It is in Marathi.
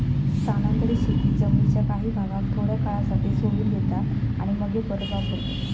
स्थानांतरीत शेतीत जमीनीच्या काही भागाक थोड्या काळासाठी सोडून देतात आणि मगे परत वापरतत